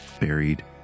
buried